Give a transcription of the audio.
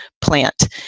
plant